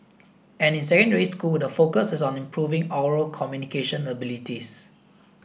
and in secondary school the focus is on improving oral communication abilities